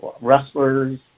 wrestlers